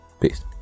Peace